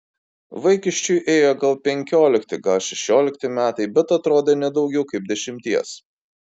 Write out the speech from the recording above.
vaikiščiui ėjo gal penkiolikti gal šešiolikti metai bet atrodė ne daugiau kaip dešimties